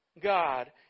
God